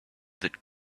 that